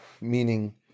Meaning